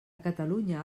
catalunya